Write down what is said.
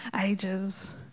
ages